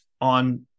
on